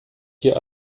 hier